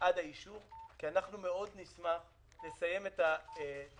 עד האישור כי אנחנו מאוד נשמח לסיים את הדיונים